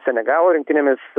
senegalo rinktinėmis